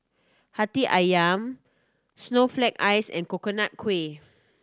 Hati Ayam snowflake ice and Coconut Kuih